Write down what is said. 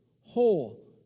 whole